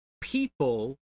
people